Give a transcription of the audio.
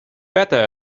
better